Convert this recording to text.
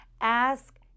ask